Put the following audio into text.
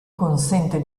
consente